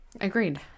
Agreed